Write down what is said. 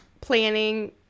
planning